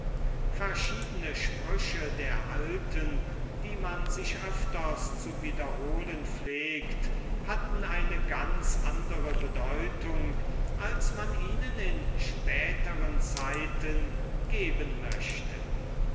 verschiedene sprüche der alten die man sich öfters zu wiederholen pflegt hatten eine ganz andere bedeutung als man ihnen in späteren zeiten geben möchte